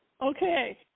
Okay